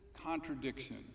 contradiction